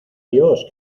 dios